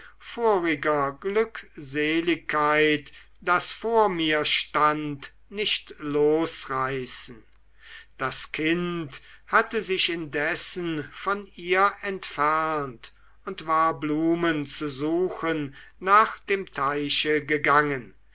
voriger glückseligkeit das vor mir stand nicht losreißen das kind hatte sich indessen von ihr entfernt und war blumen zu suchen nach dem teiche gegangen